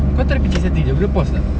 kau try gi check setting jap boleh pause ah